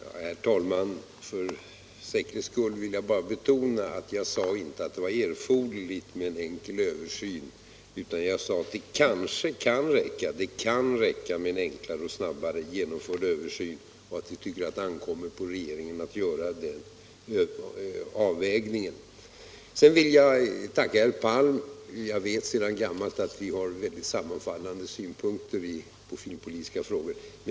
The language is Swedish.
Herr talman! För säkerhets skull vill jag bara betona att jag inte sade att det var erforderligt med en enkel översyn. Jag framhöll att det kunde räcka med en enklare och snabbare genomförd översyn och att det ankommer på regeringen att göra den avvägningen. Sedan vill jag tacka herr Palm. Jag vet sedan gammalt att vi har mycket sammanfallande synpunkter på filmpolitiska frågor.